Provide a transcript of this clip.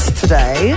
today